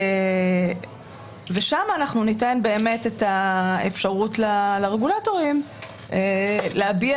ושם ניתן את האפשרות לרגולטורים להביע